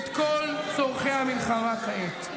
את כל צורכי המלחמה כעת.